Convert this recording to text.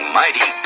mighty